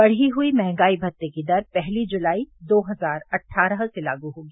बढ़ी हुई मंहगाई भत्ते की दर पहली जुलाई दो हजार अट्ठारह से लागू होगी